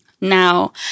Now